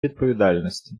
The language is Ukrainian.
відповідальності